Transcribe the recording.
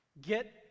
get